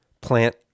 plant